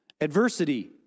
Adversity